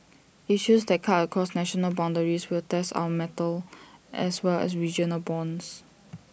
issues that cut across national boundaries will test our mettle as well as regional bonds